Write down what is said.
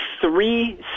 three